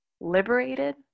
liberated